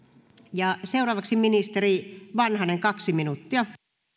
ja seuraavaksi ministeri vanhanen kaksi minuuttia